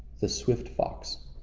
the swift fox,